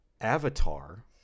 Avatar